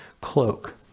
cloak